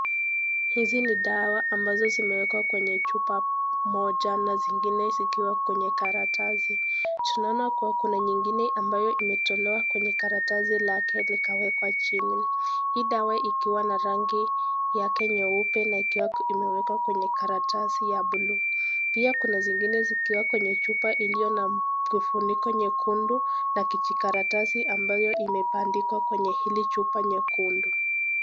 Hizi ni dawa ambazo zimewekwa kwenye chupa moja na zingine zikiwa kwenye karatasi. Tunaona kuwa kuna nyingine ambayo imetolewa kwenye karatasi lake likawekwa chini, hii dawa ikiwa na rangi yake nyeupe na ikiwa imewekwa kwenye karatasi ya blue .pia Kuna zingine zikiwa kwenye chupa iliyo na vifuniko nyekundu na kijikaratasi ambayo imebandikwa kwenye hili chupa nyekundu.